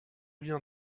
rien